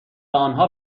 آنها